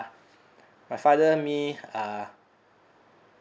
my father me uh